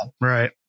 Right